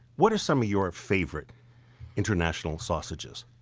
what are some of your favorite international sausages?